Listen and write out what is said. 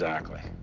exactly.